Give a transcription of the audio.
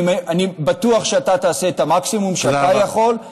אני בטוח שאתה תעשה את המקסימום שאתה יכול,